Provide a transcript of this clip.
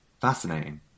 Fascinating